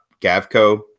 Gavco